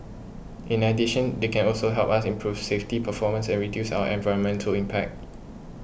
in addition they can also help us improve safety performance and reduce our environmental impact